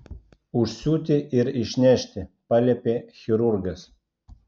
užsiūti ir išnešti paliepė chirurgas